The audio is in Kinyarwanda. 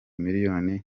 miliyoni